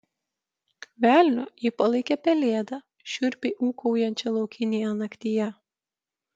velniu ji palaikė pelėdą šiurpiai ūkaujančią laukinėje naktyje